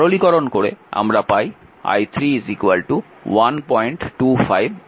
সরলীকরণ করে আমরা পাই i3 125 অ্যাম্পিয়ার